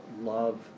love